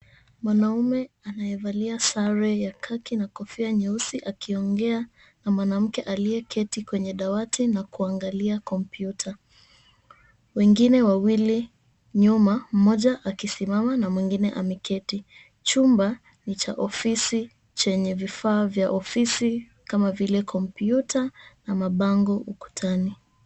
Mwanaume anayevalia sare ya kaki na kofia nyeusi akiongea na mwanamke aliyeketi kwa dawati na kuangalia kompyuta. Wengine wawili nyuma, mmoja akisimama na mwengine ameketi, chumba ni cha ofisi chenye vifaa vya ofisi kama vile kompyuta na mabango ukutani.